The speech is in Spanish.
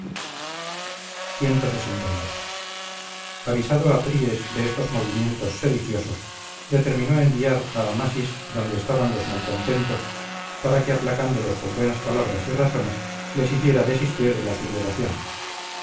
jornada clxii avisado apríes de estos movimientos sediciosos determinó enviar a amasis adonde estaban los malcontentos para que aplacándolos con buenas palabras y razones les hiciera desistir de la sublevación